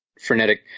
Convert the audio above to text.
frenetic